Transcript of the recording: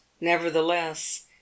nevertheless